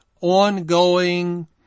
ongoing